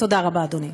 תודה רבה, אדוני.